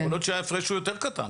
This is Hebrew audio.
יכול להיות שההפרש הוא יותר קטן.